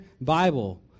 Bible